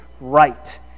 right